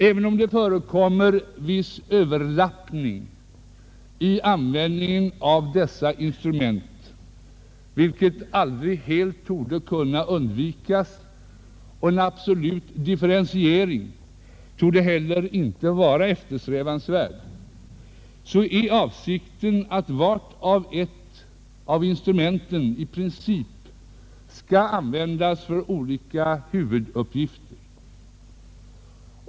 Även om det förekommer viss överlappning i användandet av dessa instrument, vilket aldrig helt torde kunna undvikas — och en absolut differentiering torde inte heller vara eftersträvansvärd — är avsikten att vart och ett av instrumenten i princip skall användas för olika huvuduppgifter.